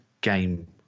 game